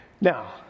Now